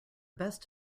best